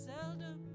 seldom